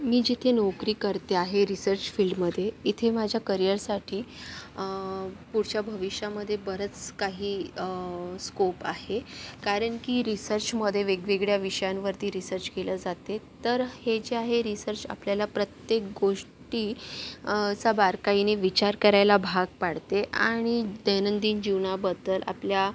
मी जिथे नोकरी करते आहे रिसर्च फील्डमधे इथे माझ्या करियरसाठी पुढच्या भविष्यामधे बरंच काही स्कोप आहे कारण की रिसर्चमध्ये वेगवेगळ्या विषयांवरती रिसर्च केला जाते तर हे जे आहे रिसर्च आपल्याला प्रत्येक गोष्टी चा बारकाईनी विचार करायला भाग पाडते आणि दैनंदिन जीवनाबद्दल आपल्या